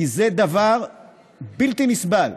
כי זה דבר בלתי נסבל.